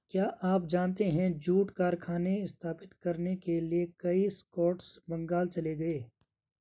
क्या आप जानते है जूट कारखाने स्थापित करने के लिए कई स्कॉट्स बंगाल चले गए?